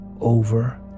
over